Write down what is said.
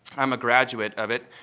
i'm a graduate of it.